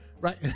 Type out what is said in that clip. right